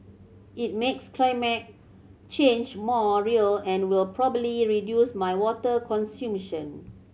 it makes climate change more real and will probably reduce my water consumption